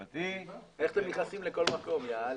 איך אתם נכנסים לכל מקום, יאללה.